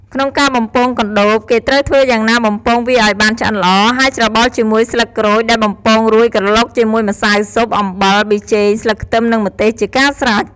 ក្នុងការបំពងកណ្តូប គេត្រូវធ្វើយ៉ាងណាបំពងវាឱ្យបានឆ្អិនល្អ ហើយច្របល់ជាមួយស្លឹកក្រូចដែលបំពងរួច ក្រឡុកជាមួយម្សៅស៊ុប អំបិល ប៊ីចេង ស្លឹកខ្ទឹមនិងម្ទេសជាការស្រេច។